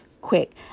quick